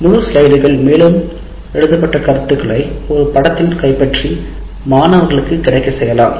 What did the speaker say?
முழு ஸ்லைடுகள் மேலும் எழுதப்பட்ட கருத்துகளை ஒரு படத்தில் கைப்பற்றி மாணவர்களுக்கு கிடைக்கச் செய்யலாம்